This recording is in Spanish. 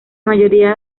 mayoría